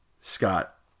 Scott